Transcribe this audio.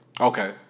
Okay